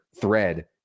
thread